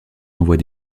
envoie